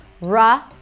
ra